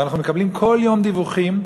ואנחנו מקבלים כל יום דיווחים,